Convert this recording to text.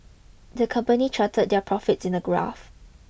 the company charted their profits in a graph